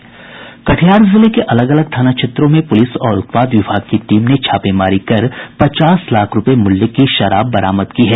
कटिहार जिले के अलग अलग थाना क्षेत्रों में पूलिस और उत्पाद विभाग की टीम ने छापेमारी कर पचास लाख रुपये मूल्य की शराब बरामद की है